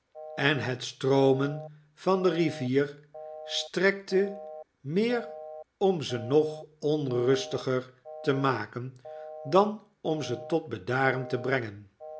en het stroomen van de rivier strekte meer om ze nog onrustiger te maken dan om ze tot bedaren te brengen